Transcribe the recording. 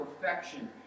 perfection